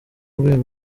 rwego